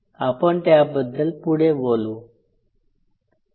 आपण त्याबद्दल पुढे बोलू